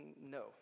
no